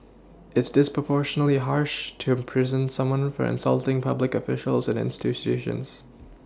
it's disproportionately harsh to imprison someone for insulting public officials and institutions